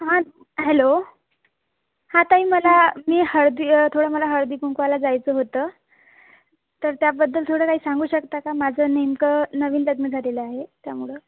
हां हॅलो हां ताई मला मी हळदी थोडं मला हळदीकुंकवाला जायचं होतं तर त्याबद्दल थोडं काही सांगू शकता का माझं नेमकं नवीन लग्न झालेलं आहे त्यामुळं